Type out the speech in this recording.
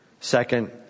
Second